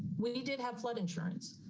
we did have flood insurance,